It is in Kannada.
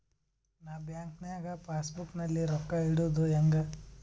ನಾ ಬ್ಯಾಂಕ್ ನಾಗ ಪಾಸ್ ಬುಕ್ ನಲ್ಲಿ ರೊಕ್ಕ ಇಡುದು ಹ್ಯಾಂಗ್?